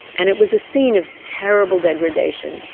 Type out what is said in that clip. and it was a scene of terrible degradation.